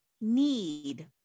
need